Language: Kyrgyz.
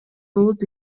болуп